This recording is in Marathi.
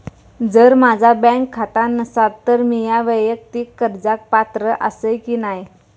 जर माझा बँक खाता नसात तर मीया वैयक्तिक कर्जाक पात्र आसय की नाय?